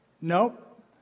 Nope